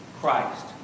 Christ